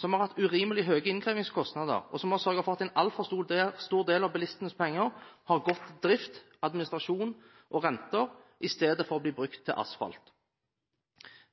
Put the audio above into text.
som har hatt urimelig høye innkrevingskostnader, og som har sørget for at en altfor stor del av bilistenes penger har gått til drift, administrasjon og renter i stedet for å bli brukt til asfalt.